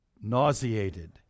nauseated